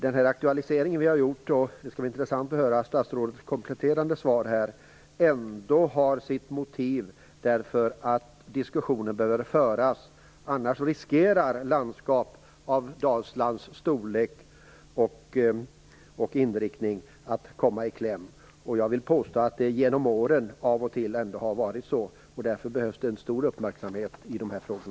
Det skulle vara intressant att få höra statsrådets kompletterande svar. Det behöver föras en diskussion i dessa frågor. Annars riskerar ett landskap som Dalsland med sin storlek och inriktning att komma i kläm. Jag vill påstå att så har skett av och till under åren. Det behövs därför en stor uppmärksamhet på dessa frågor.